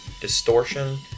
distortion